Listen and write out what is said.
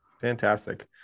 Fantastic